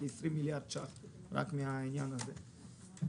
כ-20 מיליארד שקל רק מהעניין הזה.